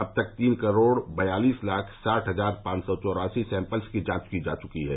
अब तक तीन करोड़ बयालीस लाख साठ हजार पांच सौ चौरासी सैम्यल्स की जांच की जा चुकी है